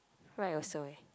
right also eh